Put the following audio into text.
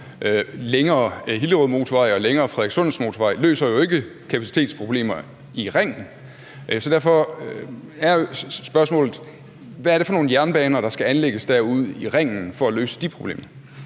længere Hillerødmotorvej og længere Frederikssundsmotorvej, løser jo ikke kapacitetsproblemer i ringen. Og derfor er spørgsmålet: Hvad er det for nogle jernbaner, der skal anlægges derude i ringen for at løse de problemer?